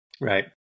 Right